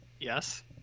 Yes